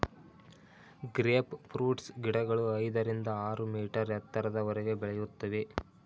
grape fruits ಗಿಡಗಳು ಐದರಿಂದ ಆರು ಮೀಟರ್ ಎತ್ತರದವರೆಗೆ ಬೆಳೆಯುತ್ತವೆ